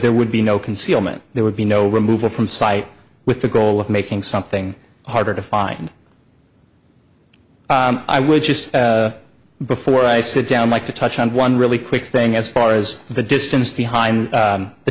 there would be no concealment there would be no removal from site with the goal of making something harder to find i would just before i sit down like to touch on one really quick thing as far as the distance